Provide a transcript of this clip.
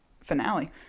finale